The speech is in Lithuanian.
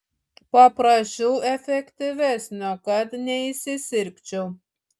paprašiau efektyvesnio kad neįsisirgčiau